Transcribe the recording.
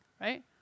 right